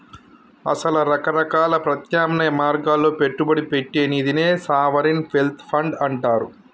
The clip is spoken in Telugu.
అసల రకరకాల ప్రత్యామ్నాయ మార్గాల్లో పెట్టుబడి పెట్టే నిదినే సావరిన్ వెల్త్ ఫండ్ అంటారు